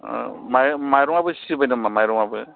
माइरंआबो सिजोबबाय नामा माइरंआबो